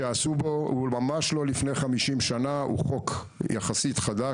הוא ממש לא מלפני 50 שנה, הוא חוק יחסית חדש.